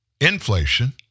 inflation